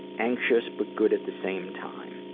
anxious but good at the same time.